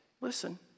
listen